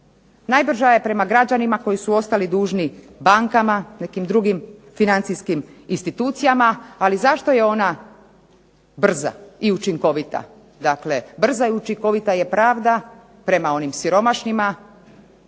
Najbrža je prema građanima koji su ostali dužni bankama, nekim drugim financijskim institucijama, ali zašto je ona brza i učinkovita. Brza i učinkovita je pravda prema onim siromašnima